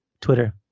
Twitter